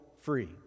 free